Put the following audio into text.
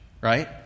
right